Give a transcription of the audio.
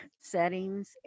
settings